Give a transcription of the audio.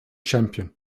champion